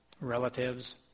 relatives